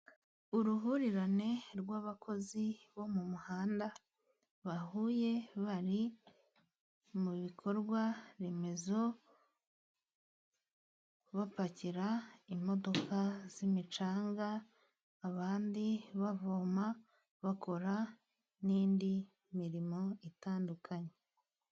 Uruhurirane rw'abakozi bo mu muhanda bahuye, bari mu bikorwa remezo, bapakira imodoka z'imicanga, abandi bavoma, bakora n'indi mirimo itandukanye.